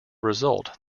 result